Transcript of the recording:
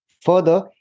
Further